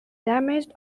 damaged